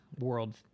world